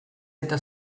eta